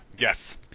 Yes